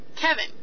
Kevin